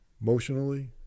emotionally